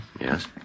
Yes